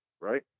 right